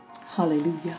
Hallelujah